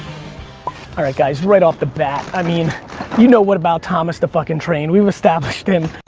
right guys, right off the bat, i mean you know what about thomas the fucking train, we've established in.